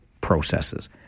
processes